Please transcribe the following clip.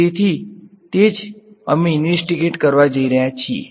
તેથી તે જ અમે ઈંવેસ્ટીગેટ કરવા જઈ રહ્યા છીએ